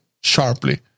sharply